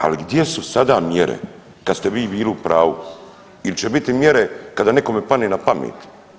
Ali gdje su sada mjere kad ste vi bili u pravu ili će biti mjere kada nekome pane na pamet?